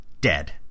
Dead